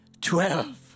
twelve